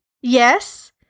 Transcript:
Yes